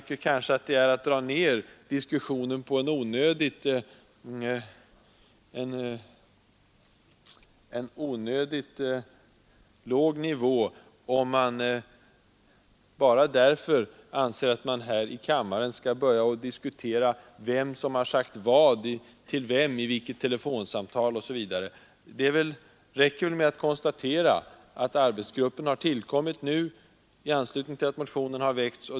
Men jag tycker att det är att dra ned diskussionen på en onödigt låg 2 ”atursubstanser nivå om man bara därför anser att man här i kammaren skall börja och naturläkemediskutera vem som har sagt vad till vem i vilket telefonsamtal osv. Det toder inom sjukräcker väl med att konstatera att arbetsgruppen har tillsatts i anslutning vården m.m. till att motionen har väckts.